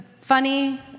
funny